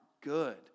good